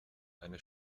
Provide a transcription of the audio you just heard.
eine